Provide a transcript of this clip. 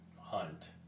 hunt